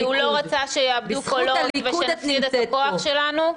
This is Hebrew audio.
כי הוא לא רצה שיאבדו קולות ושנפסיד את הכוח שלנו.